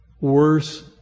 Worse